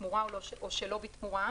בתמורה או שלא בתמורה,